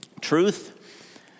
truth